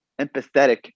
empathetic